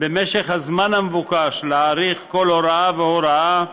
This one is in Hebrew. במשך הזמן המבוקש להאריך כל הוראה והוראה,